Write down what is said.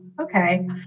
okay